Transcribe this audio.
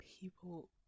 people